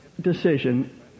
decision